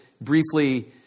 briefly